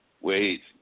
Wait